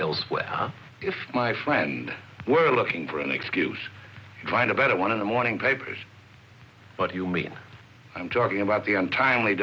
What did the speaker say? elsewhere if my friend were looking for an excuse to find a better one in the morning papers but you mean i'm talking about the untimely